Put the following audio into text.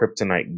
kryptonite